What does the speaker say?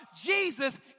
Jesus